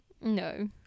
no